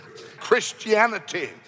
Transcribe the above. Christianity